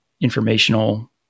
informational